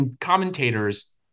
commentators